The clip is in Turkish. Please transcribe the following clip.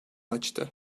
açtı